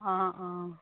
অঁ অঁ